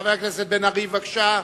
חבר הכנסת מיכאל בן-ארי, בקשה.